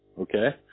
Okay